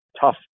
Tough